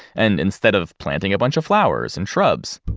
and instead of planting a bunch of flowers and shrubs,